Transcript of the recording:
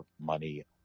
money